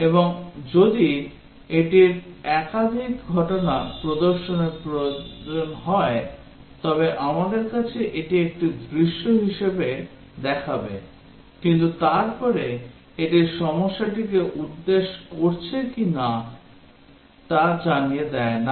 এবং যদি এটির একাধিক ঘটনা প্রদর্শনের প্রয়োজন হয় তবে আমাদের কাছে এটি একটি দৃশ্য হিসাবে দেখাবে কিন্তু তারপরে এটি সমস্যাটিকে উদ্দেশ করছে না তা জানিয়ে দেয় না